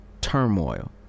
turmoil